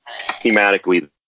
thematically